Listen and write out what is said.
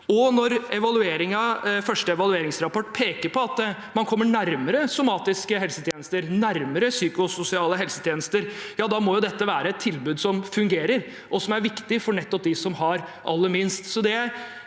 den første evalueringsrapporten peker på at man kommer nærmere somatiske helsetjenester, nærmere psykososiale helsetjenester, må jo dette være et tilbud som fungerer, og som er viktig nettopp for dem